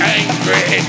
angry